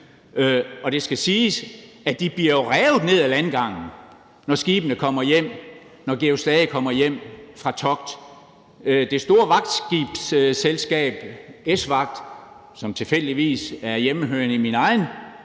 Og det skal siges, at de jo bliver revet ned af landgangen, når skibene kommer hjem – når »Georg Stage« kommer hjem fra togt. Det store vagtskibsselskab ESVAGT, som tilfældigvis er hjemmehørende i min egen